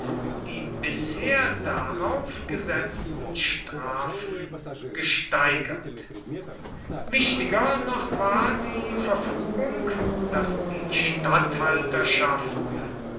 die bisher darauf gesetzten strafen gesteigert wichtiger noch war die verfügung daß die